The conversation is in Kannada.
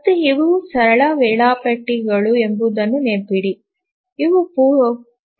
ಮತ್ತು ಇವು ಸರಳ ವೇಳಾಪಟ್ಟಿಗಳು ಎಂಬುದನ್ನು ನೆನಪಿಡಿ ಇವು ಪೂರ್ವಭಾವಿಯಾಗಿಲ್ಲ